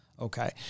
Okay